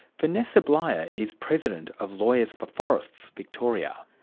vanessa bleyer is president of lawyers for forests victoria.